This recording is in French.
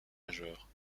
majeure